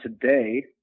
today